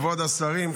כבוד השרים,